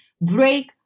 break